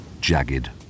jagged